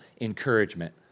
encouragement